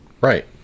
right